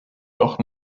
doch